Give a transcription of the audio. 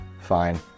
fine